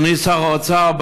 אדוני שר האוצר,